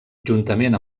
juntament